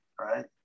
right